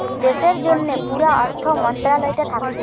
দেশের জন্যে পুরা অর্থ মন্ত্রালয়টা থাকছে